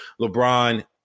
LeBron